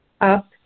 up